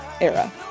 era